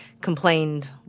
complained